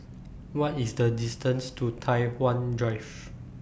What IS The distance to Tai Hwan Drive